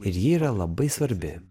ir ji yra labai svarbi